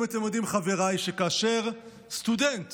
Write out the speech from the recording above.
האם אתם יודעים, חבריי, שכאשר סטודנט